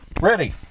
ready